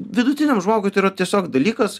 vidutiniam žmogui tai yra tiesiog dalykas